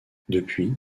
depuis